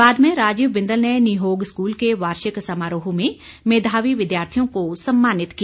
बाद में राजीव बिंदल ने निहोग स्कूल के वार्षिक समारोह में मेधावी विद्यार्थियों को सम्मानित किया